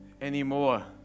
anymore